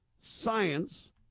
science